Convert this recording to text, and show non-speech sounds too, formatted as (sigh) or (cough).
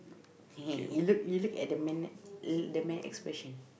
(laughs) you look you look at the man the man expression